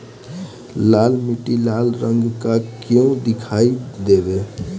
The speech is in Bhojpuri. लाल मीट्टी लाल रंग का क्यो दीखाई देबे?